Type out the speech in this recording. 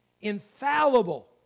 infallible